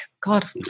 God